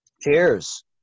Cheers